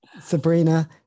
sabrina